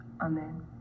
Amen